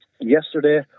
Yesterday